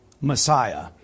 Messiah